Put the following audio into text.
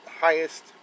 highest